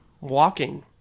walking